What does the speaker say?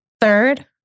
Third